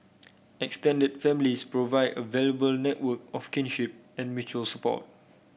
extended families provide a valuable network of kinship and mutual support